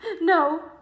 No